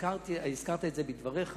הזכרת את זה בדבריך.